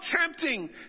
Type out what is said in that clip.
tempting